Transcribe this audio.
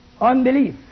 unbelief